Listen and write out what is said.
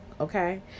Okay